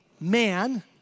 man